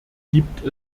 gibt